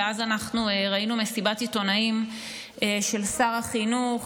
ואז ראינו מסיבת עיתונאים של שר החינוך